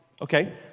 Okay